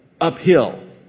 uphill